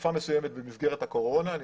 בתקופה מסוימת במסגרת הקורונה אני